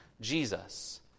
Jesus